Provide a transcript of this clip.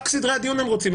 רק סדרי הדיון הם רוצים.